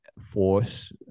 force